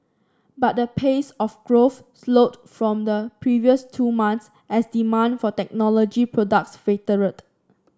but the pace of growth slowed from the previous two months as demand for technology products faltered